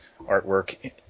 artwork